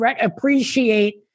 appreciate